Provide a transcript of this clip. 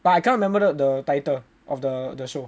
but I cannot remember the title of the the show